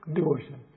Devotion